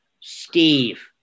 Steve